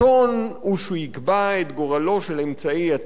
הוא שיקבע את גורלו של אמצעי התקשורת,